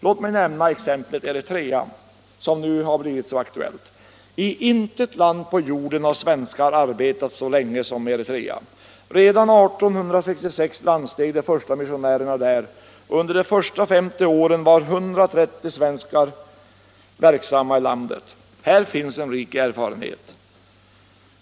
Låt mig nämna exemplet Eritrea som nu blivit aktuellt. I intet land på jorden har svenskar arbetat så länge som i Eritrea. Redan 1866 landsteg de första missionärerna där, och under de första 50 åren var 130 svenskar verksamma i landet. Här finns en rik erfarenhet.